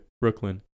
Brooklyn